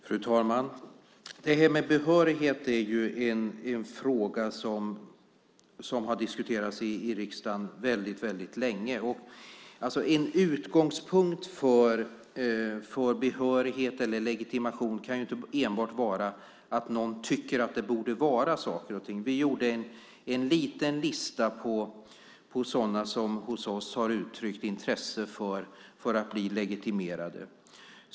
Fru talman! Det här med behörighet är en fråga som har diskuterats i riksdagen väldigt länge. Utgångspunkten för behörighet eller legitimation kan inte enbart vara att någon tycker att det borde vara så. Vi gjorde en liten lista på sådana som hos oss har uttryckt intresse för att bli legitimerade.